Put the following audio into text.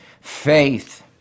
faith